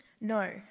No